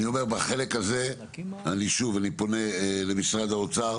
בחלק הזה אני פונה למשרד האוצר.